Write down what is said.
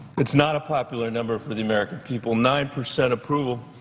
it's not a popular number for the american people. nine percent approval.